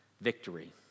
Victory